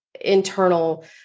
internal